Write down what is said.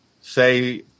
say